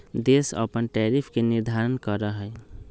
देश अपन टैरिफ के निर्धारण करा हई